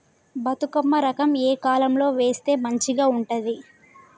బతుకమ్మ రకం ఏ కాలం లో వేస్తే మంచిగా ఉంటది?